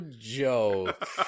joke